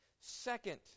Second